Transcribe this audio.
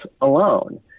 alone